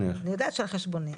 אני רוצה להוסיף הסתייגות כזאת,